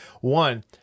One